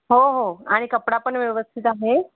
हो हो आणि कपडा पण व्यवस्थित आहे